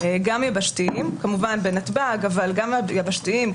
כמובן בנתב"ג אבל גם יבשתיים,